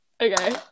Okay